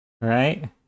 Right